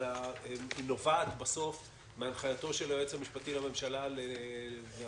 אבל היא נובעת מהנחייתו של היועץ המשפטי לממשלה הנחייתו